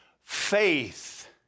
faith